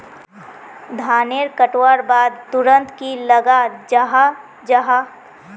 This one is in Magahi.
धानेर कटवार बाद तुरंत की लगा जाहा जाहा?